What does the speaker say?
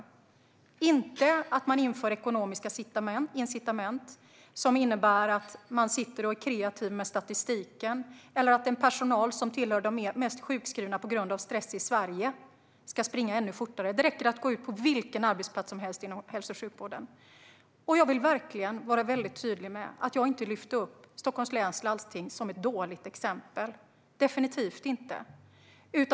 Det handlar inte om att införa ekonomiska incitament som innebär att man är kreativ med statistiken eller att den personal som hör till den mest sjukskrivna i Sverige på grund av stress ska springa ännu fortare. Det räcker att gå ut på vilken arbetsplats som helst inom hälso och sjukvården. Låt mig vara tydlig med att jag definitivt inte lyfte upp Stockholms läns landsting som ett dåligt exempel.